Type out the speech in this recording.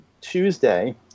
Tuesday